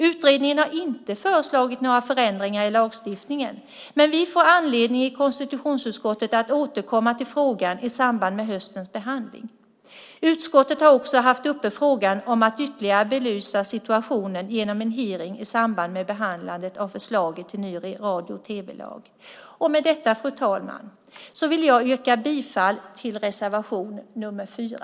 Utredningen har inte föreslagit några förändringar i lagstiftningen, men vi får i konstitutionsutskottet anledning att återkomma till frågan i samband med höstens behandling. Utskottet har också haft uppe frågan om att ytterligare belysa situationen genom en hearing i samband med behandlingen av förslaget till ny radio och tv-lag. Med detta, fru talman, vill jag yrka bifall till reservation nr 4.